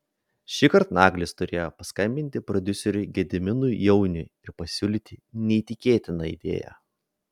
šįkart naglis turėjo paskambinti prodiuseriui gediminui jauniui ir pasiūlyti neįtikėtiną idėją